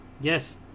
yes